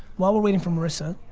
while we're waiting for marissa.